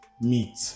meat